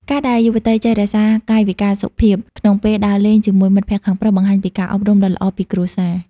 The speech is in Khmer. ការដែលយុវតីចេះ "រក្សាកាយវិការសុភាព" ក្នុងពេលដើរលេងជាមួយមិត្តភក្តិខាងប្រុស បង្ហាញពីការអប់រំដ៏ល្អពីគ្រួសារ។